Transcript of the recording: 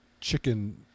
chicken